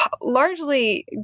largely